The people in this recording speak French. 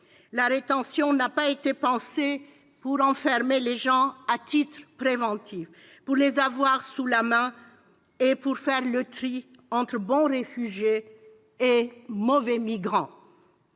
La rétention n'a pas été pensée pour enfermer les gens à titre préventif, pour les avoir sous la main et pour faire le tri entre bons réfugiés et mauvais migrants.